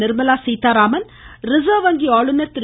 Nirmala Sitharaman reserve வங்கி ஆளுநர் திரு